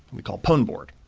we called pawn board.